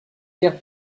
claire